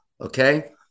okay